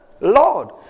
Lord